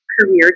career